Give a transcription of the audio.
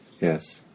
Yes